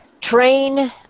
train